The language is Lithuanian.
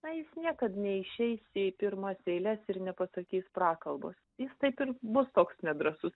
na jis niekad neišeis į pirmas eiles ir nepasakys prakalbos jis taip ir bus toks nedrąsus